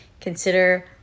consider